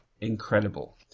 incredible